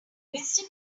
wisdom